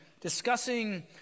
discussing